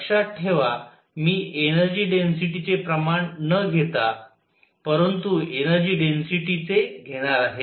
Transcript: लक्षात ठेवा मी एनर्जी डेन्सिटी चे प्रमाण न घेता परंतु एनर्जी डेन्सिटी चे घेणार आहे